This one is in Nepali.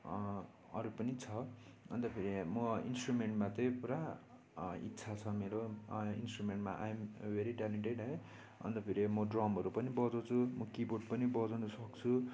अरू पनि छ अन्त फेरि म इन्ट्रुमेन्टमा त्यही पूरा इच्छा छ मेरो इन्ट्रुमेन्टमा आई एम भेरी ट्यालेन्टेड है अन्त फेरि म ड्रमहरू पनि बजाउँछु म कि बोर्ड पनि बजाउनु सक्छु